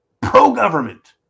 Pro-government